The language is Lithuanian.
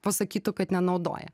pasakytų kad nenaudoja